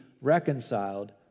reconciled